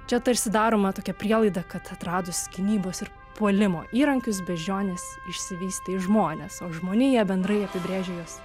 čia tarsi daroma tokia prielaida kad atradus gynybos ir puolimo įrankius beždžionės išsivystė į žmones o žmoniją bendrai apibrėžia jos